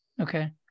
Okay